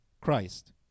Christ